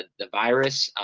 the virus,